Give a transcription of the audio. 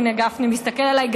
הינה, גפני מסתכל עליי.